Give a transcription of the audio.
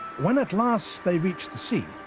when at last they reach the sea,